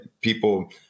People